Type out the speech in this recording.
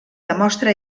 demostra